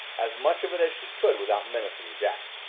as much of it as she could without menacing jack.